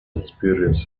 experienced